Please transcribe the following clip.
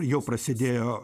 jau prasidėjo